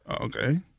Okay